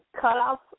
cutoff